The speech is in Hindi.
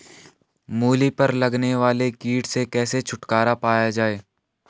मूली पर लगने वाले कीट से कैसे छुटकारा पाया जाये?